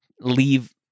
leave